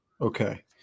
okay